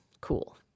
cool